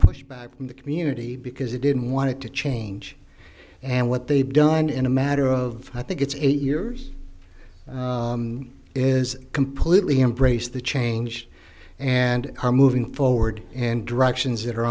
pushback from the community because they didn't want it to change and what they've done in a matter of i think it's eight years is completely embrace the change and are moving forward and directions that are